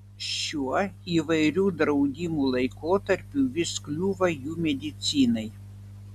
šiuo įvairių draudimų laikotarpiu vis kliūva jų medicinai